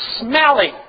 smelly